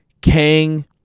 Kang